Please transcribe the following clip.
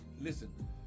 Listen